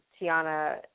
Tiana